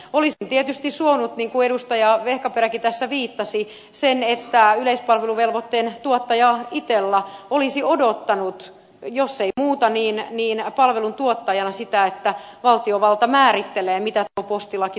olisin tietysti suonut niin kuin edustaja vehkaperäkin tässä viittasi sen että yleispalveluvelvoitteen tuottaja itella olisi odottanut jos ei muuta niin palvelun tuottajana sitä että valtiovalta määrittelee mitä tuo postilaki tarkoittaa käytännössä